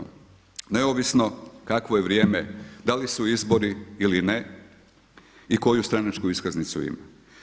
Neovisno kakvo je vrijeme, da li su izbori ili ne i koju stranačku iskaznicu ima.